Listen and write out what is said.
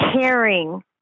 caring